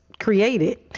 created